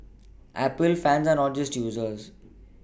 Apple fans are not just users